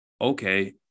okay